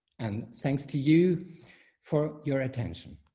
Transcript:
and thanks to you for your attention.